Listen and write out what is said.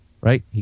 right